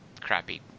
crappy